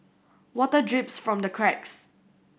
water drips from the cracks